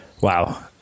Wow